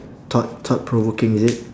thought~ thought-provoking is it